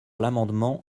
l’amendement